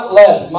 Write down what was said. less